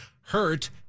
hurt